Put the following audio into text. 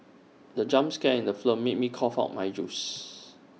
the jump scare in the film made me cough out my juice